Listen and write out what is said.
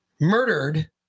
murdered